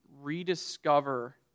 rediscover